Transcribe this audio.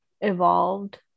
evolved